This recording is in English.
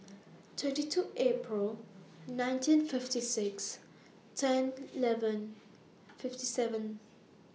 twenty two April nineteen fifty six ten eleven fifty seven